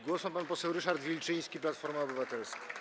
Głos ma pan poseł Ryszard Wilczyński, Platforma Obywatelska.